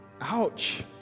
ouch